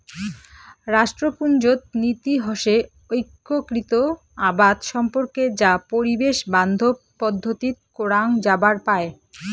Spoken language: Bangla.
রাষ্ট্রপুঞ্জত নীতি হসে ঐক্যিকৃত আবাদ সম্পর্কে যা পরিবেশ বান্ধব পদ্ধতিত করাং যাবার পায়